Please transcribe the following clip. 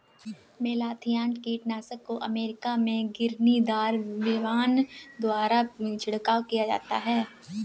malathion कीटनाशक को America में घिरनीदार विमान द्वारा छिड़काव किया जाता है